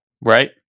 right